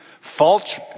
False